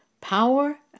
power